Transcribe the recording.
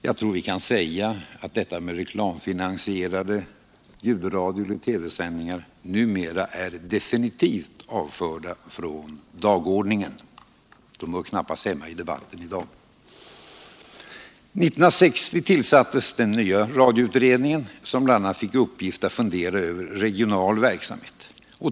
Jag tror att vi kan säga att reklamfinansierade ljudradioeller TV-sändningar numera är definitivt avförda från dagordningen. De hör inte hemma i dagens debatt. År 1960 tillsattes den nya radioutredningen, som bl.a. fick till uppgift att fundera över regional verksamhet.